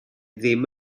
ddim